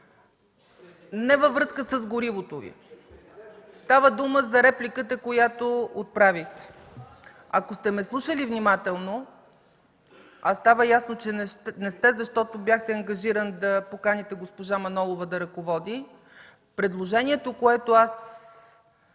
не във връзка с горивото Ви, става дума за репликата, която отправихте. Ако сте ме слушали внимателно, а става ясно че не сте, защото бяхте ангажиран да поканите госпожа Манолова да ръководи, в предложението, което